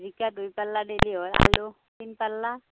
জিকা দুই পাল্লা হ'ল আলু তিনি পাল্লা